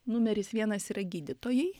numeris vienas yra gydytojai